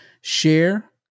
share